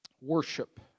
Worship